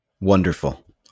Wonderful